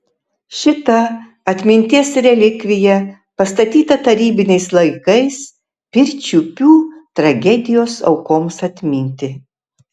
šita atminties relikvija pastatyta tarybiniais laikais pirčiupių tragedijos aukoms atminti